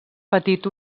patit